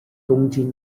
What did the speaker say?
东京